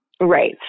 Right